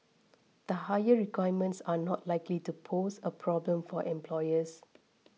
the higher requirements are not likely to pose a problem for employers